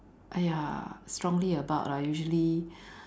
!aiya! strongly about ah usually